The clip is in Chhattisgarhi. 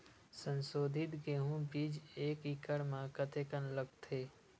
संसोधित गेहूं बीज एक एकड़ म कतेकन लगथे?